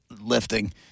lifting